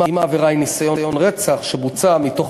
אם העבירה היא ניסיון רצח שבוצע מתוך